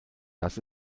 das